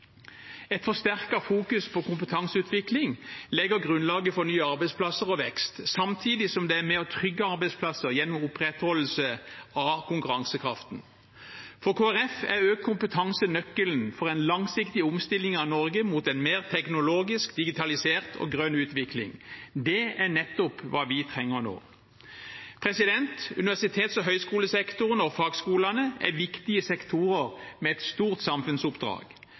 på kompetanseutvikling legger grunnlaget for nye arbeidsplasser og vekst, samtidig som det er med på å trygge arbeidsplasser gjennom opprettholdelse av konkurransekraften. For Kristelig Folkeparti er økt kompetanse nøkkelen til en langsiktig omstilling av Norge mot en mer teknologisk, digitalisert og grønn utvikling. Det er nettopp hva vi trenger nå. Universitets- og høyskolesektoren og fagskolene er viktige sektorer med et stort samfunnsoppdrag.